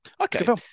Okay